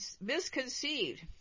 misconceived